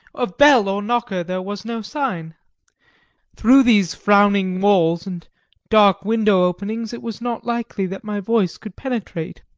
of bell or knocker there was no sign through these frowning walls and dark window openings it was not likely that my voice could penetrate.